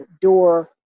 door